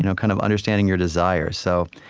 you know kind of understanding your desires. so,